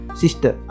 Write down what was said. sister